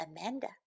Amanda